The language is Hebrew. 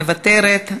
מוותרת,